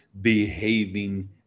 Behaving